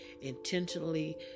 intentionally